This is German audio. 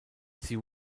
sie